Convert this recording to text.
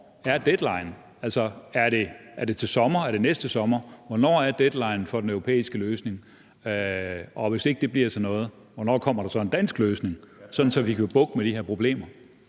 er det til sommer? Er det næste sommer? Hvornår er deadlinen for den europæiske løsning? Og hvis ikke det bliver til noget, hvornår kommer der så en dansk løsning, sådan at vi kan få bugt med de her problemer?